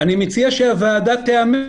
ואני מציע שהוועדה תאמץ